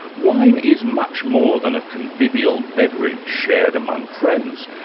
wine is much more than a convivial beverage shared among friends,